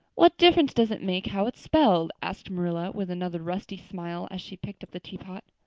what difference does it make how it's spelled? asked marilla with another rusty smile as she picked up the teapot.